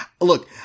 Look